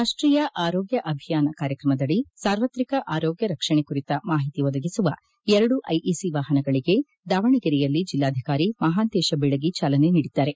ರಾಷ್ಟೀಯ ಆರೋಗ್ಯ ಅಭಿಯಾನ ಕಾರ್ಯಕ್ರಮದಡಿ ಸಾರ್ವತ್ರಿಕ ಆರೋಗ್ಯ ರಕ್ಷಣೆ ಕುರಿತ ಮಾಹಿತಿ ಒದಗಿಸುವ ಎರಡು ಐ ಇ ಸಿ ವಾಹನಗಳಿಗೆ ದಾವಣಗೆರೆಯಲ್ಲಿ ಜಿಲ್ಲಾಧಿಕಾರಿ ಮಹಾಂತೇಶ ಬೀಳಗಿ ಚಾಲನೆ ನೀಡಿದ್ದಾರೆ